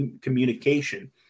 communication